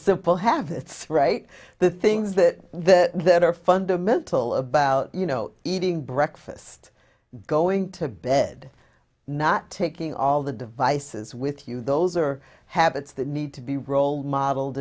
simple have it's right the things that that that are fundamental about you know eating breakfast going to bed not taking all the devices with you those are habits that need to be role model